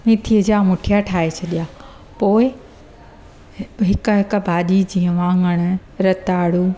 मेथीअ जा मुठिया ठाहे छॾिया पोएं हिकु हिकु भाॼी जीअं वाङणु रताड़ू